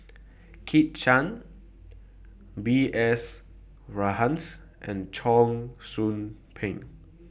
Kit Chan B S Rajhans and Cheong Soo Pieng